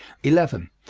eleven.